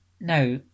Now